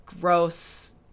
gross